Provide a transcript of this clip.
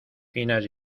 finas